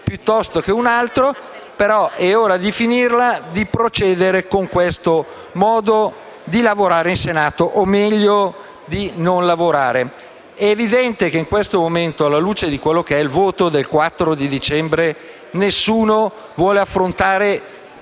piuttosto che in un altro. È però ora di finirla con questo modo di lavorare in Senato o, meglio, di non lavorare. È evidente che in questo momento, alla luce del voto del 4 dicembre, nessuno vuole affrontare